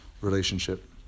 relationship